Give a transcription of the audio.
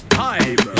time